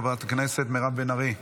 חברת הכנסת מירב בן ארי -- לא.